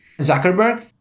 Zuckerberg